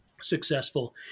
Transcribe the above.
successful